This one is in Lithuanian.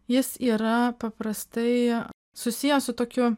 jis yra paprastai susiję su tokiu